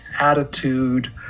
attitude